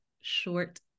short